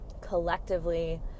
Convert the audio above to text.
collectively